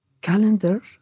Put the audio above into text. calendar